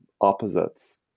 opposites